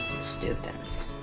students